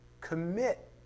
Commit